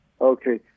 Okay